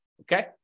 Okay